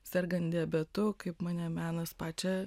sergant diabetu kaip mane menas pačią